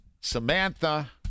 Samantha